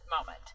moment